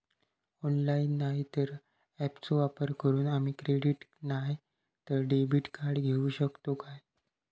Online नाय तर ऍपचो वापर करून आम्ही क्रेडिट नाय तर डेबिट कार्ड घेऊ शकतो का?